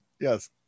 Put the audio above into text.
yes